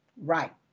Right